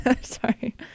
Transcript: Sorry